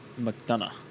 McDonough